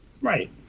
Right